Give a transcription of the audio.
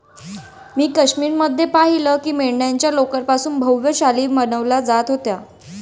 मी काश्मीर मध्ये पाहिलं की मेंढ्यांच्या लोकर पासून भव्य शाली बनवल्या जात होत्या